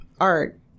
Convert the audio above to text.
Art